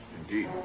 indeed